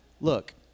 look